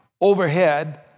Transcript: overhead